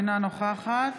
אינה נוכחת